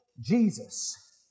Jesus